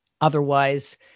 Otherwise